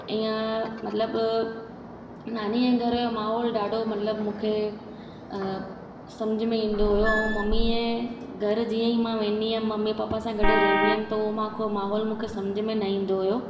ईअं मतिलबु नानीअ जे घर जो माहौल ॾाढो मतिलबु मूंखे सम्झि में ईंदो हुयो ऐं मम्मीअ घर जींअ ई मां वेंदी हुअमि मम्मी पापा सां गॾु रहंदी हुअमि त उहो मूंखे माहौल मूंखे सम्झि में न ईंदो हुयो